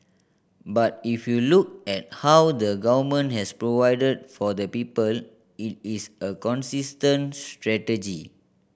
but if you look at how the Government has provided for the people it is a consistent strategy